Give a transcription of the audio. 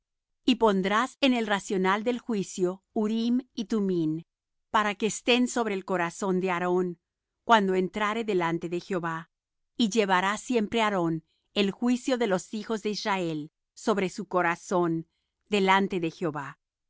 y pondrás en el racional del juicio urim y thummim para que estén sobre el corazón de aarón cuando entrare delante de jehová y llevará siempre aarón el juicio de los hijos de israel sobre su corazón delante de jehová